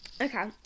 Okay